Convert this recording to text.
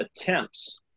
attempts